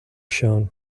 shown